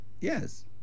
Yes